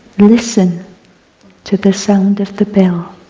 listen to the sound of the bell.